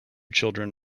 children